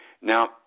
Now